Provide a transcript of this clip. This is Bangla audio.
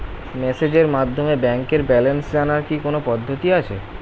মেসেজের মাধ্যমে ব্যাংকের ব্যালেন্স জানার কি কোন পদ্ধতি আছে?